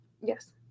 Yes